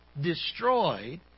destroyed